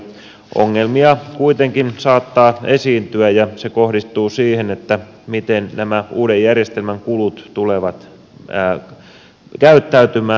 ongelmia kuitenkin saattaa esiintyä ja ne kohdistuvat siihen miten nämä uuden järjestelmän kulut tulevat käyttäytymään